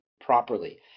properly